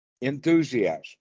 enthusiasm